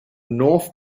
north